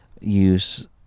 use